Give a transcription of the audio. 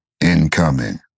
incoming